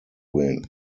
win